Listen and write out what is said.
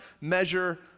measure